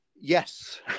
Yes